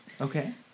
Okay